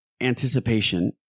anticipation